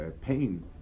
pain